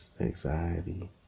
anxiety